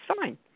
fine